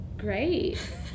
great